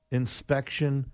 inspection